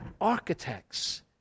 Architects